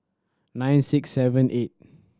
nine six seven eight